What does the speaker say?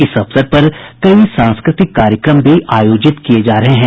इस अवसर पर कई सांस्कृतिक कार्यक्रम भी आयोजित किये जा रहे हैं